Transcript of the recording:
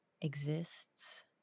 exists